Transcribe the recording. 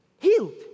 healed